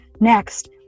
Next